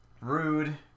rude